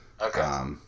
okay